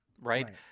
right